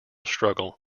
struggle